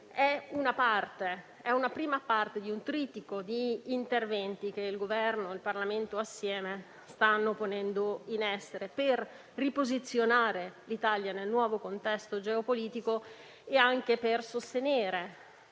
è una prima parte di un trittico di interventi che il Governo e il Parlamento stanno ponendo in essere insieme per riposizionare Italia nel nuovo contesto geopolitico e sostenere